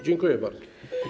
Dziękuję bardzo.